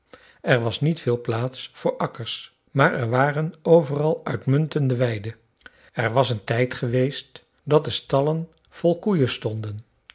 er was niet veel plaats voor akkers maar er waren overal uitmuntende weiden er was een tijd geweest dat de stallen vol koeien stonden